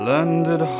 Landed